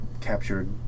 captured